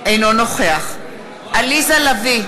אינו נוכח עליזה לביא,